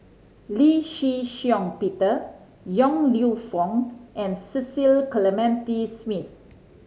Lee Shih Shiong Peter Yong Lew Foong and Cecil Clementi Smith